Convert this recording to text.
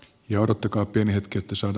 joudutko pienetkin tasolta